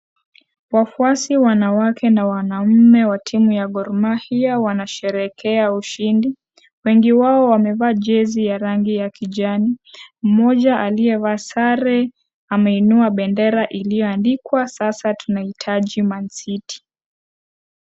Wafuasi wanawake na wanaume wa timu ya Gor Mahia wanasherehekea ushindi, wengi wao wamevaa jezi ya rangi ya kijani, mmoja aliyevaa sare ameinua bendera iliyoandikwa sasa tunahitaji Mancity.